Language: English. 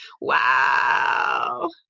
wow